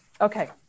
Okay